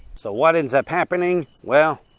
so what ends up happening? well,